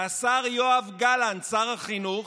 והשר יואב גלנט, שר החינוך,